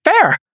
Fair